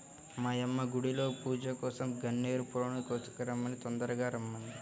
మా యమ్మ గుడిలో పూజకోసరం గన్నేరు పూలను కోసుకొని తొందరగా రమ్మంది